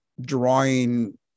drawing